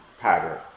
pattern